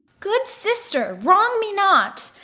good sister, wrong me not,